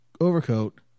overcoat